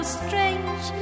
strange